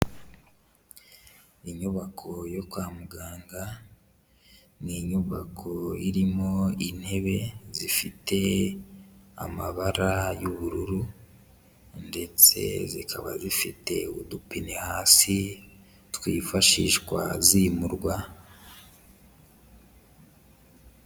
Inyubako yo kwa muganga ni inyubako irimo intebe zifite amabara y'ubururu, ndetse zikaba zifite udupine hasi twifashishwa zimurwa.